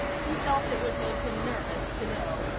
he felt it would make him nervous to know.